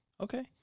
Okay